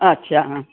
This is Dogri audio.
अच्छा